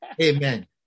Amen